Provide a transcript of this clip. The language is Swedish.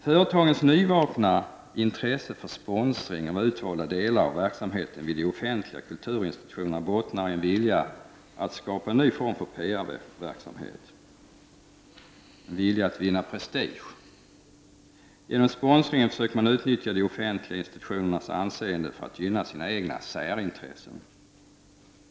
Företagens nyvakna intresse för sponsring av utvalda delar av verksamheten vid de offentliga kulturinstitutionerna bottnar i en vilja att skapa en ny form för PR-verksamhet, en vilja att vinna prestige. Genom sponsringen försöker man utnyttja de offentliga institutionernas anseende för att gynna sina egna särintressen.